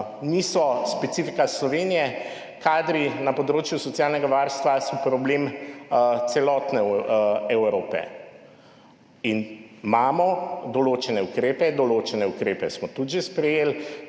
niso specifika Slovenije, kadri na področju socialnega varstva so problem celotne Evrope in imamo določene ukrepe, določene ukrepe smo tudi že sprejeli,